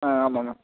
ஆமாம் மேம்